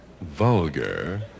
vulgar